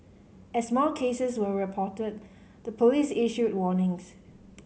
as more cases were reported the police issued warnings